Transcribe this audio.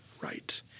right